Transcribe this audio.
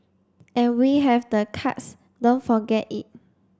and we have the cards don't forget it